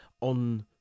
on